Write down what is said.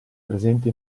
presenti